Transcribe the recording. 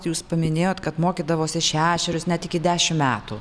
jūs paminėjot kad mokydavosi šešerius net iki dešimt metų